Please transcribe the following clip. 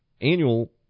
annual